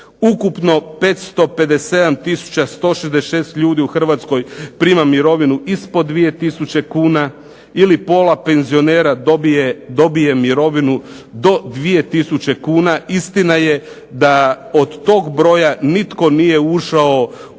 ukupno 557 tisuća 166 ljudi u Hrvatskoj prima mirovinu ispod 2 tisuće kuna ili pola penzionera dobije mirovinu do 2 tisuće kuna. Istina je da od toga broja nitko nije ušao u punu